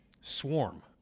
Swarm